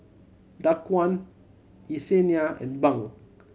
Daquan Yessenia and Bunk